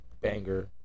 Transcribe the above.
banger